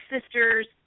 sisters